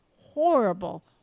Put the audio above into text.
horrible